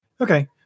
Okay